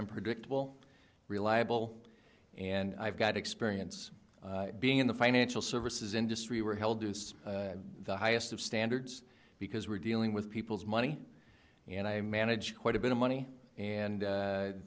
i'm predictable reliable and i've got experience being in the financial services industry were held is the highest of standards because we're dealing with people's money and i manage quite a bit of money and